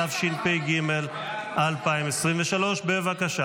התשפ"ג 2023. בבקשה,